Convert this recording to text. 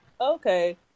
Okay